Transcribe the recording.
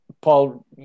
Paul